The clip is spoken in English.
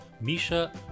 misha